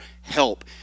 help